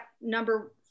number